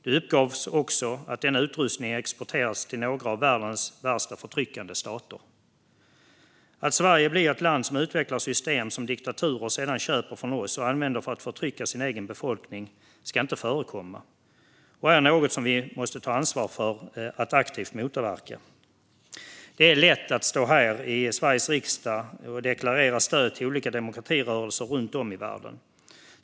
Det uppgavs också att denna utrustning exporterats till några av världens värsta förtryckande stater. Att Sverige blir ett land som utvecklar system som diktaturer sedan köper från oss och använder för att förtrycka sin egen befolkning ska inte förekomma och är något som vi måste ta ansvar för att aktivt motverka. Det är lätt att stå här i Sveriges riksdag och deklarera stöd för olika demokratirörelser runt om i världen.